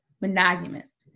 monogamous